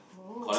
oh